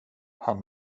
han